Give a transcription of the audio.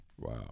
Wow